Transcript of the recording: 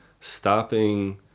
stopping